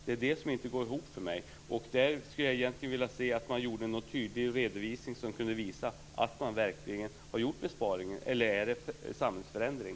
Det är det som inte går ihop för mig. Jag skulle vilja se en tydlig redovisning som kunde visa att man verkligen har gjort besparingar. Eller är det en samhällsförändring?